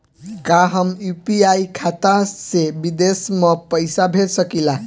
का हम यू.पी.आई खाता से विदेश म पईसा भेज सकिला?